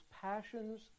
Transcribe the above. passions